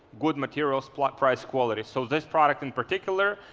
good materials, plot price, quality. so this product in particular,